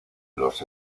los